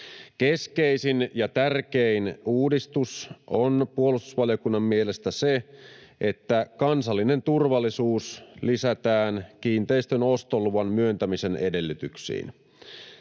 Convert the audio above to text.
Keskeisin ja tärkein uudistus on puolustusvaliokunnan mielestä se, että kansallinen turvallisuus lisätään kiinteistön ostoluvan myöntämisen edellytyksiin.